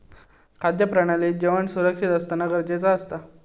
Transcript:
खाद्य प्रणालीत जेवण सुरक्षित असना गरजेचा असता